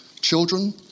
children